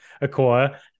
acquire